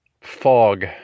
fog